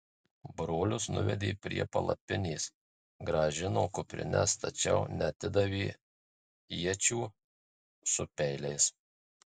brolius nuvedė prie palapinės grąžino kuprines tačiau neatidavė iečių su peiliais